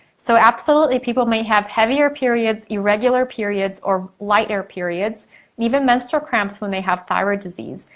so, absolutely, people may have heavier periods, irregular periods or lighter periods even menstrual cramps, when they have thyroid disease.